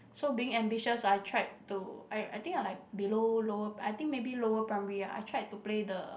so being ambitious I tried to I I think I like below lower I think maybe lower primary ah I tried to play the